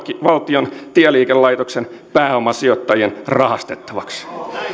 valtion tieliikelaitoksen pääomasijoittajien rahastettavaksi